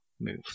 move